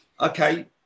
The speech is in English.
okay